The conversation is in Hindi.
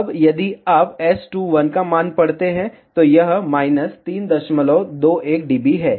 अब यदि आप S21 का मान पढ़ते हैं तो यह 321 dB है